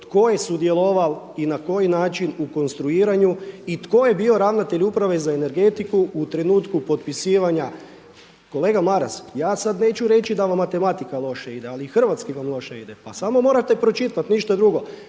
tko je sudjelovao i na koji način u konstruiranju i tko je bio ravnatelj uprave za energetiku u trenutku potpisivanja. Kolega Maras ja sada neću reći da vam matematika loše ide ali i hrvatski vam loše ide, pa samo morate pročitati, ništa drugo.